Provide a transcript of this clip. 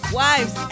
wives